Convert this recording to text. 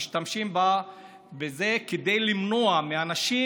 משתמשים בזה כדי למנוע מאנשים